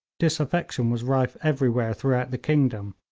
disaffection was rife everywhere throughout the kingdom,